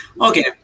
okay